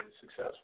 successful